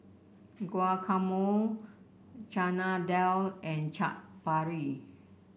Guacamole Chana Dal and Chaat Papri